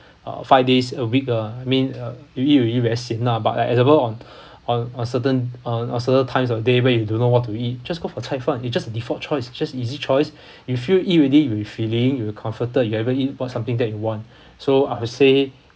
uh five days a week lah I mean uh really will be very sian lah but like example on on on certain on on certain times of day when you don't know what to eat just go for 菜饭 it's just default choice just easy choice if you eat already you will feel it you were comforted you haven't eat what something that you want so I will say